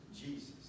Jesus